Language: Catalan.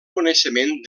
coneixement